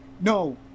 No